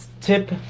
tip